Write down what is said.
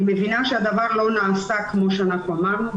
אני מבינה שהדבר לא נעשה כמו שאנחנו אמרנו.